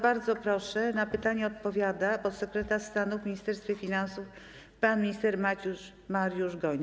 Bardzo proszę, na pytanie odpowiada podsekretarz stanu w Ministerstwie Finansów pan minister Mariusz Gojny.